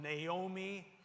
Naomi